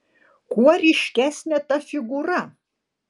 kuo ryškesnė ta figūra